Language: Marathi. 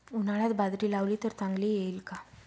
उन्हाळ्यात बाजरी लावली तर चांगली येईल का?